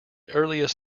earliest